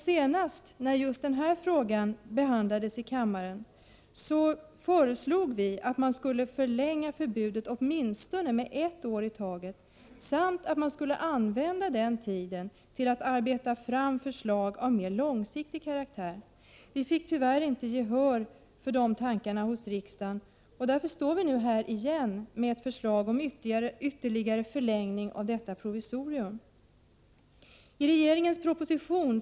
Senast när just denna fråga behandlades i kammaren föreslog vi att man skulle förlänga förbudet åtminstone med ett år i taget samt att man skulle använda tiden till att arbeta fram förslag av mer långsiktig karaktär. Vi fick tyvärr inte gehör hos riksdagen för de tankarna, och därför står vi nu här igen med ett förslag om ytterligare förlängning av detta provisorium.